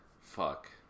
fuck